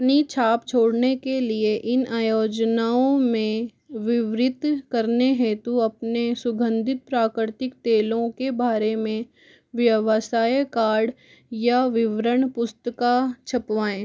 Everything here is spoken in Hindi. अपनी छाप छोड़ने के लिए इन आयोजनों में विवरित करने हेतु अपने सुगन्धित प्राकृतिक तेलों के बारे में व्यवसाय कार्ड या विवरण पुस्तिका छपवाएँ